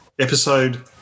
episode